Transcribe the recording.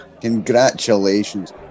Congratulations